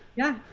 yeah.